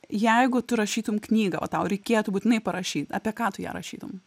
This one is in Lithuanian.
jeigu tu rašytum knygą o tau reikėtų būtinai parašyt apie ką tu ją rašytum